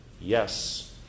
Yes